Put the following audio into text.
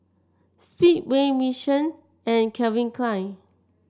Speedway Mission and Calvin Klein